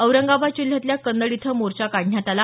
औरंगाबाद जिल्ह्यातल्या कन्नड इथं मोर्चा काढण्यात आला